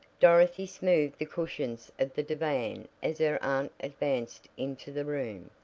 dorothy smoothed the cushions of the divan as her aunt advanced into the room.